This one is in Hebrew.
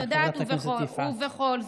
אני יודעת, ובכל זאת.